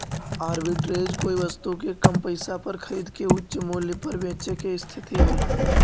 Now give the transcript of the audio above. arbitrage कोई वस्तु के कम पईसा पर खरीद के उच्च मूल्य पर बेचे के स्थिति हई